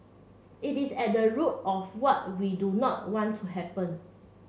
it is at the root of what we do not want to happen